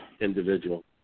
individual